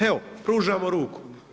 Evo, pružamo ruku.